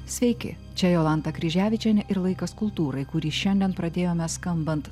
sveiki čia jolanta kryževičienė ir laikas kultūrai kurį šiandien pradėjome skambant